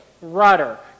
rudder